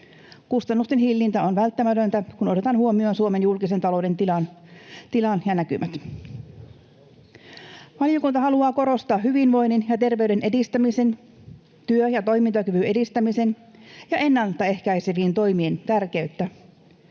Kustannusten hillintä on välttämätöntä, kun otetaan huomioon Suomen julkisen talouden tila ja näkymät. Valiokunta haluaa korostaa hyvinvoinnin ja terveyden edistämisen, työ- ja toimintakyvyn edistämisen ja ennalta ehkäisevien toimien tärkeyttä.